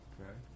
Okay